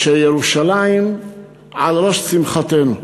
שירושלים על ראש שמחתנו,